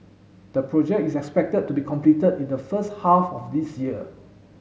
the project is expected to be completed in the first half of this year